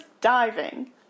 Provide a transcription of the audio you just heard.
diving